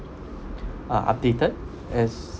uh updated as